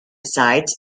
sites